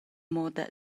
moda